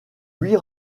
huit